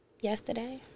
Yesterday